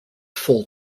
full